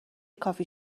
کافی